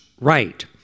right